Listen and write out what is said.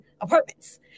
apartments